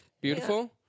Beautiful